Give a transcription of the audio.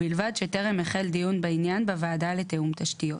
ובלבד שטרם החל דיון בעניין בוועדה לתיאום תשתיות,